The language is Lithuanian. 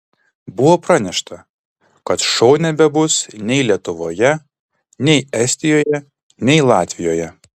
buvo pranešta kad šou nebebus nei lietuvoje nei estijoje nei latvijoje